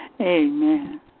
Amen